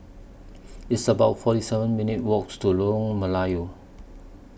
It's about forty seven minutes' Walk to Lorong Melayu